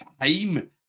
time